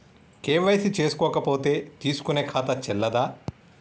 KYC చేసుకోకపోతే తీసుకునే ఖాతా చెల్లదా?